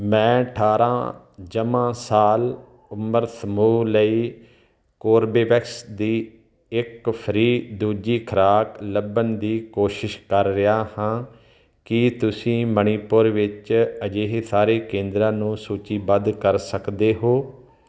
ਮੈਂ ਅਠਾਰਾਂ ਜਮ੍ਹਾਂ ਸਾਲ ਉਮਰ ਸਮੂਹ ਲਈ ਕੋਰਬੇਵੈਕਸ ਦੀ ਇੱਕ ਫ੍ਰੀ ਦੂਜੀ ਖੁਰਾਕ ਲੱਭਣ ਦੀ ਕੋਸ਼ਿਸ਼ ਕਰ ਰਿਹਾ ਹਾਂ ਕੀ ਤੁਸੀਂ ਮਣੀਪੁਰ ਵਿੱਚ ਅਜਿਹੇ ਸਾਰੇ ਕੇਂਦਰਾਂ ਨੂੰ ਸੂਚੀਬੱਧ ਕਰ ਸਕਦੇ ਹੋ